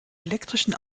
elektrischen